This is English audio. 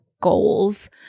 goals